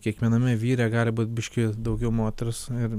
kiekviename vyre gali būti biškį daugiau moters ir